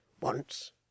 once